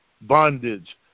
bondage